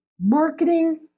Marketing